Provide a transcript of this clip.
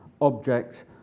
objects